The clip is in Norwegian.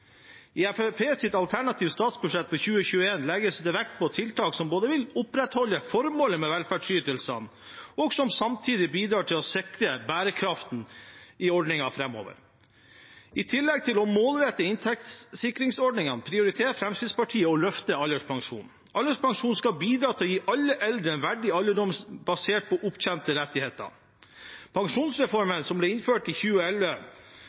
alternative statsbudsjett for 2021 legges det vekt på tiltak som både vil opprettholde formålet med velferdsytelsene og samtidig bidra til å sikre bærekraften i ordningene framover. I tillegg til å målrette inntektssikringsordningene prioriterer Fremskrittspartiet å løfte alderspensjonen. Alderspensjonen skal bidra til å gi alle eldre en verdig alderdom, basert på opptjente rettigheter. Pensjonsreformen som ble innført i 2011,